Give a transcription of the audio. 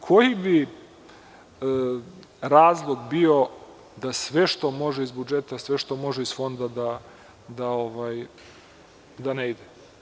Koji bi razlog bio da sve što može iz budžeta, sve što može iz Fonda da ne ide?